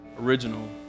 original